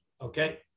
Okay